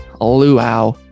luau